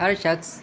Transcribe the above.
ہر شخص